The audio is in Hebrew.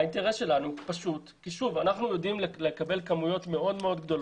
אנחנו רגילים לקבל כמויות מאוד גדולות.